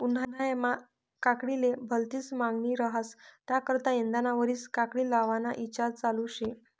उन्हायामा काकडीले भलती मांगनी रहास त्याकरता यंदाना वरीस काकडी लावाना ईचार चालू शे